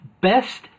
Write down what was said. Best